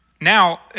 now